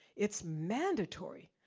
it's mandatory.